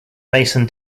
mason